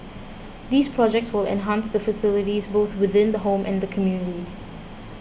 these projects will enhance the facilities both within the home and the community